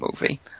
movie